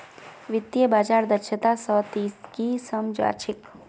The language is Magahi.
वित्तीय बाजार दक्षता स ती की सम झ छि